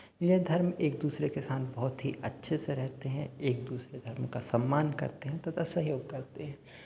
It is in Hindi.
ये धर्म एक दूसरे के साथ बहुत ही अच्छे से रहते हैं एक दूसरे धर्म का सम्मान करते हैं तथा सहयोग करते हैं